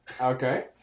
Okay